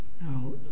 Now